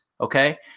Okay